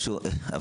לא.